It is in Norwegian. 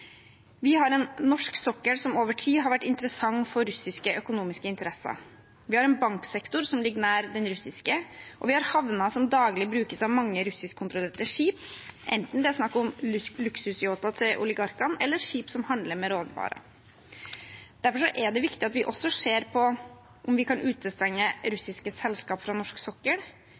Vi har en norsk sokkel som over tid har vært interessant for russiske økonomiske interesser. Vi har en banksektor som ligger nær den russiske, og vi har havner som daglig brukes av mange russiskkontrollerte skip, enten det er snakk om oligarkenes luksusyachter eller skip som handler med råvarer. Derfor er det viktig at vi også ser på om vi kan utestenge russiske selskaper fra norsk sokkel,